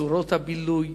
צורות הבילוי,